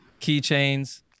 keychains